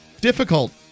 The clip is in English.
difficult